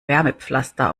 wärmepflaster